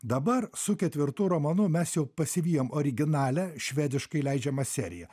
dabar su ketvirtu romanu mes jau pasivijom originalią švediškai leidžiamą seriją